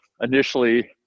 initially